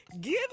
Give